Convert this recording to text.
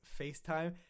FaceTime